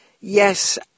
Yes